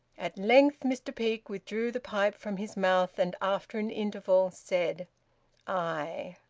at length mr peake withdrew the pipe from his mouth, and after an interval said aye!